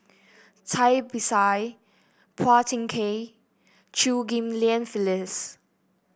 Cai Bixia Phua Thin Kiay Chew Ghim Lian Phyllis